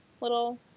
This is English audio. little